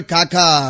Kaka